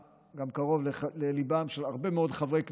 וגם קרוב לליבם של הרבה מאוד חברי כנסת,